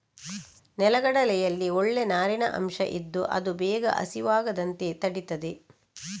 ನೆಲಗಡಲೆಯಲ್ಲಿ ಒಳ್ಳೇ ನಾರಿನ ಅಂಶ ಇದ್ದು ಅದು ಬೇಗ ಹಸಿವಾಗದಂತೆ ತಡೀತದೆ